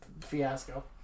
fiasco